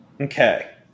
Okay